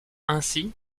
ainsi